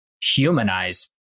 humanize